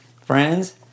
Friends